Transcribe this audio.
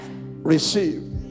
Receive